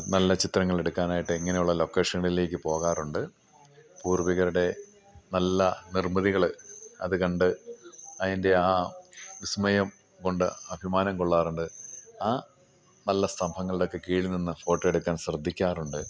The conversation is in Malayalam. നല്ല ചിത്രങ്ങളെടുക്കാനായിട്ട് ഇങ്ങനെയുള്ള ലൊക്കേഷനുകളിലേക്ക് പോകാറുണ്ട് പൂർവ്വികരുടെ നല്ല നിർമ്മിതികൾ അതു കണ്ട് അതിൻ്റെ ആ വിസ്മയം കൊണ്ട് അഭിമാനം കൊള്ളാറുണ്ട് ആ നല്ല സ്തംഭങ്ങളുടെയൊക്കെ കീഴിൽ നിന്നു ഫോട്ടോ എടുക്കാൻ ശ്രദ്ധിക്കാറുണ്ട്